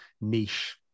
niche